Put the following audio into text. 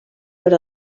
per